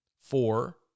four